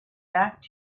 back